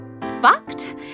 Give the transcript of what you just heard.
fucked